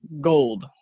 gold